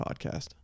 podcast